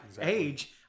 age